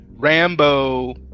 rambo